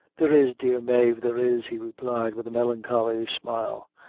there is, dear mave there is, he replied, with a melancholy smile,